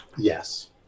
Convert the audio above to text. Yes